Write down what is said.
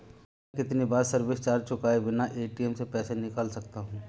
मैं कितनी बार सर्विस चार्ज चुकाए बिना ए.टी.एम से पैसे निकाल सकता हूं?